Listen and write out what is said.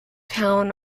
town